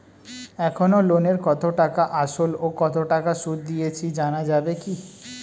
এখনো লোনের কত টাকা আসল ও কত টাকা সুদ দিয়েছি জানা যাবে কি?